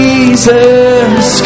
Jesus